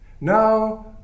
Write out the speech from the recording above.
Now